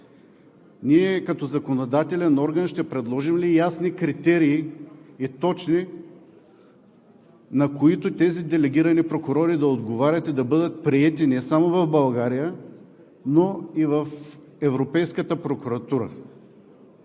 Ние като законодателен орган ще предложим ли ясни и точни критерии, на които тези делегирани прокурори да отговарят и да бъдат приети не само в България, но и в Европейската прокуратура